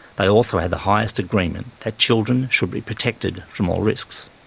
they also had the highest agreement that children should be protected from all risks.